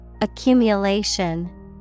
Accumulation